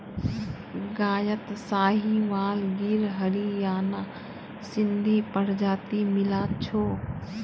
गायत साहीवाल गिर हरियाणा सिंधी प्रजाति मिला छ